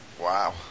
Wow